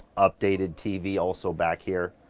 updated tv also back here.